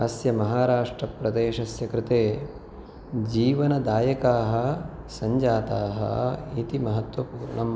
अस्य महाराष्ट्रप्रदेशस्य कृते जीवनदायकाः सञ्जाताः इति महत्वपूर्णम्